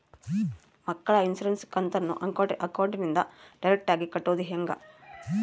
ಮಕ್ಕಳ ಇನ್ಸುರೆನ್ಸ್ ಕಂತನ್ನ ಅಕೌಂಟಿಂದ ಡೈರೆಕ್ಟಾಗಿ ಕಟ್ಟೋದು ಹೆಂಗ?